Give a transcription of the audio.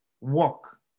walk